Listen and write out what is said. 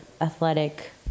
athletic